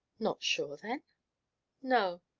not sure, then? no.